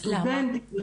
סטודנטים וכולי.